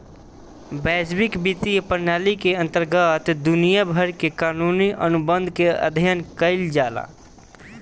बैसविक बित्तीय प्रनाली के अंतरगत दुनिया भर के कानूनी अनुबंध के अध्ययन कईल जाला